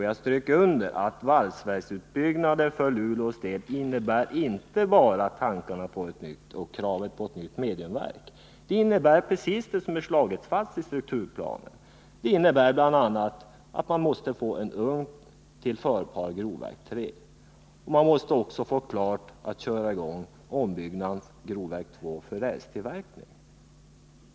Jag strök under att valsverksutbyggnader för Luleås del inte bara innebär tankar om och krav på ett nytt mediumverk. Det innebär just det som slagits fast i strukturplanen, nämligen att man bl.a. måste få en ugn till grovverk 3, och man måste också få klartecken att köra i gång ombyggnaden av grovverk 2 för rälstillverkning.